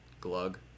glug